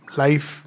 life